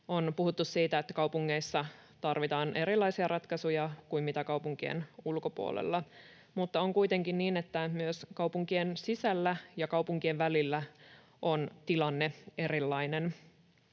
On puhuttu siitä, että kaupungeissa tarvitaan erilaisia ratkaisuja kuin kaupunkien ulkopuolella, mutta on kuitenkin niin, että myös kaupunkien sisällä ja kaupunkien välillä ovat tilanteet erilaisia,